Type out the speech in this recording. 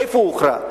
איפה הוא הוכרע?